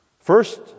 First